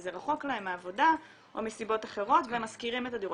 זה רחוק להם מהעבודה או מסיבות אחרות והם משכירים את הדירות.